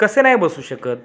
कसे नाही बसू शकत